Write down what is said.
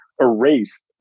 erased